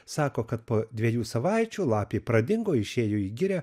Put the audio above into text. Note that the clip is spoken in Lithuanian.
sako kad po dviejų savaičių lapė pradingo išėjo į girią